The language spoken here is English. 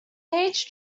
each